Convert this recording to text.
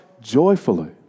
joyfully